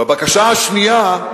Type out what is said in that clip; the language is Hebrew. הבקשה השנייה,